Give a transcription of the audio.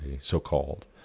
so-called